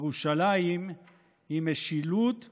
ירושלים היא משילות וריבונות.